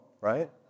right